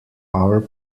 power